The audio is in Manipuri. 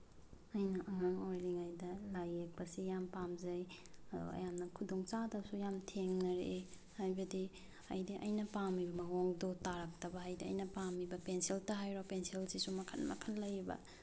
ꯑꯩꯅ ꯑꯉꯥꯡ ꯑꯣꯏꯔꯤꯉꯩꯗ ꯂꯥꯏ ꯌꯦꯛꯄꯁꯤ ꯌꯥꯝ ꯄꯥꯝꯖꯩ ꯌꯥꯝ ꯈꯨꯗꯣꯡꯆꯥꯗꯕꯁꯨ ꯌꯥꯝ ꯊꯦꯡꯅꯔꯛꯑꯦ ꯍꯥꯏꯕꯗꯤ ꯍꯥꯏꯗꯤ ꯑꯩꯅ ꯄꯥꯝꯃꯤꯕ ꯃꯑꯣꯡꯗꯨ ꯇꯥꯔꯛꯇꯕ ꯍꯥꯏꯗꯤ ꯑꯩꯅ ꯄꯥꯝꯃꯤꯕ ꯄꯦꯟꯁꯤꯜꯇ ꯍꯥꯏꯔꯣ ꯄꯦꯟꯁꯤꯜꯁꯤꯁꯨ ꯃꯈꯜ ꯃꯈꯜ ꯂꯩꯌꯦꯕ